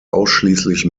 ausschließlich